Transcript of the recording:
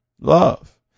love